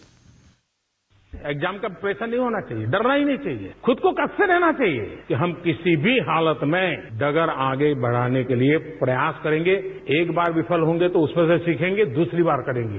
bite exam का pressure नहीं होना चाहिए डरना ही नहीं चाहिए खुद को कसते रहना चाहिए कि हम किसी भी हालत में डगर आगे बढ़ाने के लिए प्रयास करेंगे एक बार विफल होंगे तो उसमें से सीखेंगे दूसरी बार करेंगे